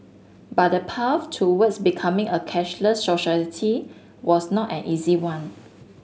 but the path towards becoming a cashless society was not an easy one